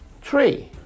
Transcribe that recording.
three